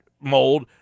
mold